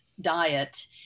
diet